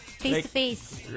Face-to-face